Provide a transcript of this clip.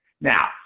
Now